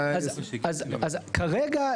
אז כרגע,